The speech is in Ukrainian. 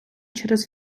через